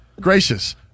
Gracious